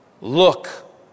Look